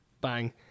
Bang